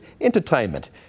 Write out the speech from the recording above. entertainment